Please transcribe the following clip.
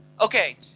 okay